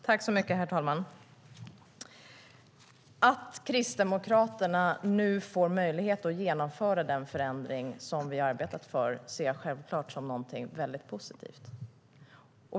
Herr talman! Att Kristdemokraterna nu får möjlighet att genomföra den förändring vi har arbetat för ser jag självklart som någonting väldigt positivt.